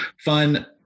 fun